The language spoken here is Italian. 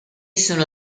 sono